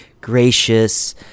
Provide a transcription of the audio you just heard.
gracious